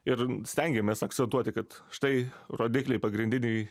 ir stengiamės akcentuoti kad štai rodikliai pagrindiniai